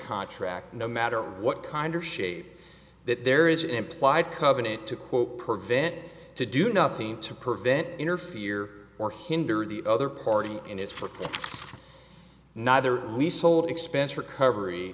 contract no matter what kind of shape that there is an implied covenant to quote prevent it to do nothing to prevent interfere or hinder the other party in its for neither resoled expense recovery